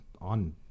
on